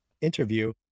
interview